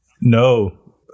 No